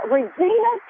Regina